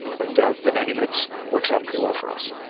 but the ninety minutes works out pretty well for us.